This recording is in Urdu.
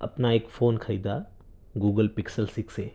اپنا ایک فون خریدا گوگل پکسل سکس اے